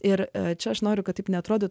ir čia aš noriu kad taip neatrodo